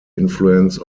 influence